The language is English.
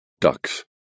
ducks